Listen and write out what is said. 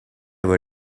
were